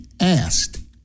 asked